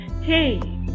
hey